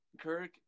Kirk